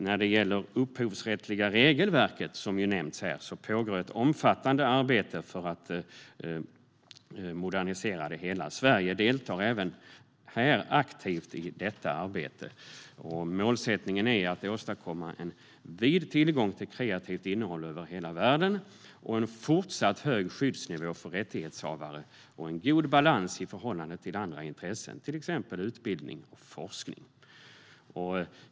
När det gäller det upphovsrättsliga regelverket, som nämnts här, pågår ett omfattande arbete för att modernisera det hela. Sverige deltar aktivt även i detta arbete. Målsättningen är att åstadkomma en vid tillgång till kreativt innehåll över hela världen, en fortsatt hög skyddsnivå för rättighetshavare och en god balans i förhållande till andra intressen, till exempel utbildning och forskning.